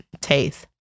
taste